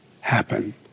happen